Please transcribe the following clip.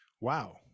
Wow